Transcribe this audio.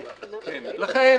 לכן,